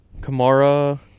Kamara